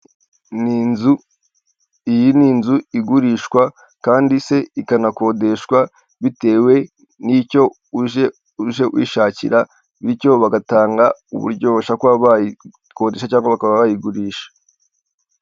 Ni inzu iyi ni inzu igurishwa kandi se ikanakodeshwa bitewe n'icyo uje uje uyishakira bityo bagatanga uburyo bashobora kuba bayikodesha cyangwa bakayigurisha.